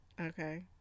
Okay